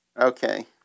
Okay